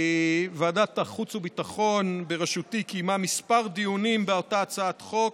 ועדת החוץ והביטחון בראשותי קיימה כמה דיונים באותה הצעת חוק.